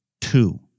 Two